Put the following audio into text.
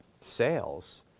sales